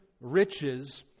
riches